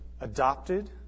adopted